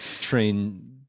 train